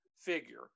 figure